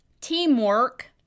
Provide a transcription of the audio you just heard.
teamwork